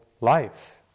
life